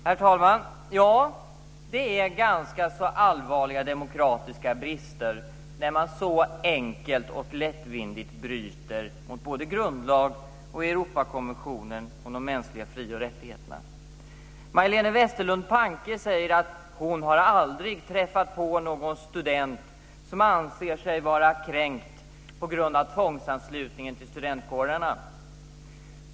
Herr talman! Ja, det är ganska allvarliga demokratiska brister när man så enkelt och lättvindigt bryter mot både grundlagen och Europakonventionen om de mänskliga fri och rättigheterna. Majléne Westerlund Panke säger att hon aldrig har träffat på någon student som anser sig vara kränkt på grund av tvångsanslutningen till studentkårerna.